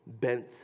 bent